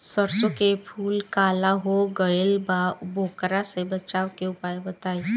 सरसों के फूल काला हो गएल बा वोकरा से बचाव के उपाय बताई?